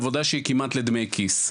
עבודה שהיא כמעט לדמי כיס.